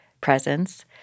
presence